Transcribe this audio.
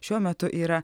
šiuo metu yra